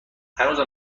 هنوزم